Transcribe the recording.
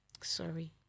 sorry